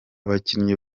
bakinnyi